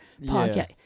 podcast